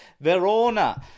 Verona